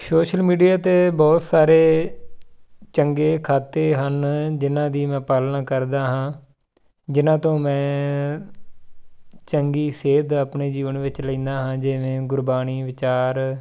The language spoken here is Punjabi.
ਸੋਸ਼ਲ ਮੀਡੀਆ 'ਤੇ ਬਹੁਤ ਸਾਰੇ ਚੰਗੇ ਖਾਤੇ ਹਨ ਜਿਨ੍ਹਾਂ ਦੀ ਮੈਂ ਪਾਲਣਾ ਕਰਦਾ ਹਾਂ ਜਿਨ੍ਹਾਂ ਤੋਂ ਮੈਂ ਚੰਗੀ ਸੇਧ ਆਪਣੇ ਜੀਵਨ ਵਿੱਚ ਲੈਂਦਾ ਹਾਂ ਜਿਵੇਂ ਗੁਰਬਾਣੀ ਵਿਚਾਰ